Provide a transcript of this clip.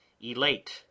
elate